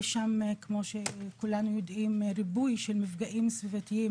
יש שם כמו שכולנו יודעים ריבוי של מפגעים סביבתיים,